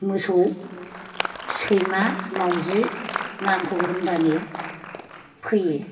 मोसौ सैमा मावजि नामखौ होनबानो फैयो